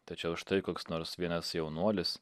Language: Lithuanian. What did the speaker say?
tačiau štai koks nors vienas jaunuolis